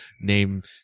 named